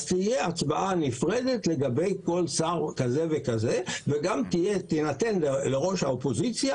אז תהיה הצבעה נפרדת לגבי כל שר כזה וכזה וגם תינתן לראש האופוזיציה